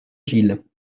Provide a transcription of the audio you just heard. gilles